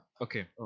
Okay